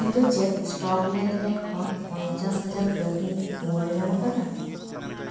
ᱤᱧ ᱫᱚ ᱪᱮᱫ ᱮᱥᱴᱚᱠ ᱞᱮᱱᱫᱮᱱ ᱠᱷᱚᱱ ᱯᱚᱧᱪᱟᱥ ᱦᱟᱡᱟᱨ ᱠᱟᱹᱣᱰᱤᱧ ᱨᱩᱣᱟᱹᱲ ᱧᱟᱢ ᱟᱠᱟᱫᱟ